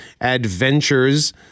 adventures